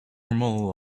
normal